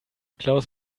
klaus